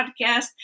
podcast